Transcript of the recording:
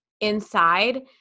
inside